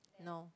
no